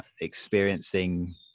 experiencing